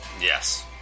Yes